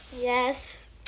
Yes